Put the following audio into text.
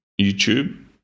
YouTube